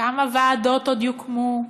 כמה ועדות עוד יוקמו?